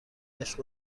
عشق